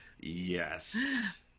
yes